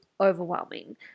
overwhelming